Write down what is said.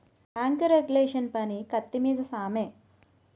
bank regulation పని కత్తి మీద సామే